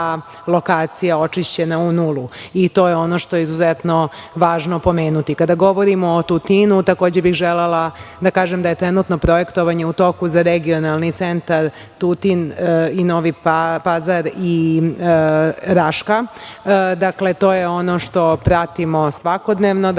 lokacija očišćena u nulu. To je ono što je izuzetno važno pomenuti. Kada govorimo o Tutinu, takođe bih želela da kažem da je trenutno projektovanje u toku za Regionalni centar Tutin, Novi Pazar i Raška. Dakle, to je ono što pratimo svakodnevno,